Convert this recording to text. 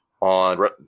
on